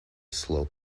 slow